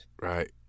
Right